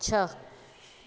छह